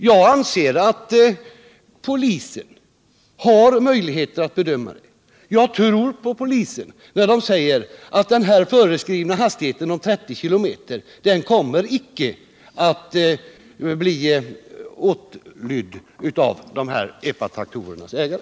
Jag anser att polisen har möjligheter att bedöma det. Jag tror på poliser när de säger att föreskriften om 30 km hastighet icke kommer att bli åtlydd av epatraktorernas ägare.